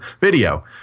video